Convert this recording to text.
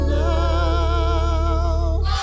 now